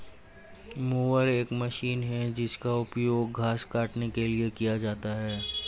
mower एक machine है जिसका उपयोग घास काटने के लिए किया जाता है